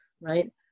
right